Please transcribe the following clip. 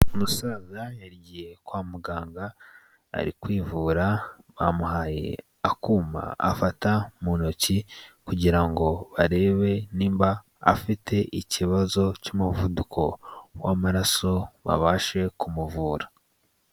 Umusaza yagiye kwa muganga ari kwivura bamuhaye akuma afata mu ntoki kugira ngo barebe nimba afite ikibazo cy'umuvuduko w'amaraso babashe kumuvura.